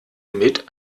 mit